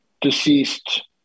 deceased